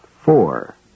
four